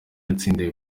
yatsindiye